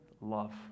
love